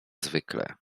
zwykle